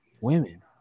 women